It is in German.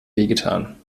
wehgetan